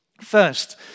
First